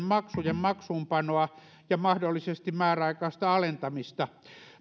maksujen maksuunpanoa ja mahdollisesti määräaikaista alentamista